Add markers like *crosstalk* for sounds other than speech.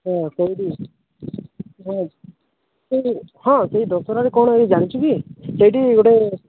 ହଁ ସେଇଠି *unintelligible* ହଁ ସେଇ ଦଶହରାରେ କ'ଣ ହୁଏ ଜାଣିଛୁ କି ସେଇଠି ଗୋଟେ